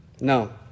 No